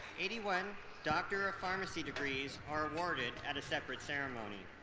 eighty one doctor of pharmacy degrees are awarded at a separate ceremony.